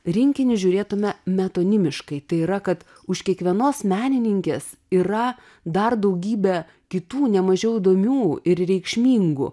rinkinį žiūrėtume metonimiškai tai yra kad už kiekvienos menininkės yra dar daugybė kitų nemažiau įdomių ir reikšmingų